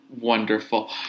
wonderful